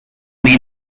may